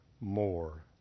more